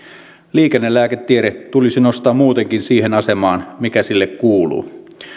liikennelääketiede tulisi nostaa muutenkin siihen asemaan mikä sille kuuluu